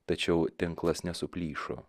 tačiau tinklas nesuplyšo